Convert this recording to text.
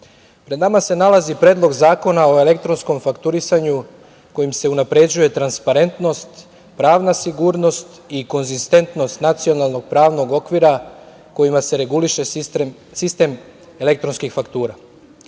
nama se nalazi Predlog zakona o elektronskom fakturisanju kojim se unapređuje transparentnost, pravna sigurnost i konzistentnost nacionalnog pravnog okvira kojima se reguliše sistem elektronskih faktura. Jedna